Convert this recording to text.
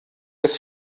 des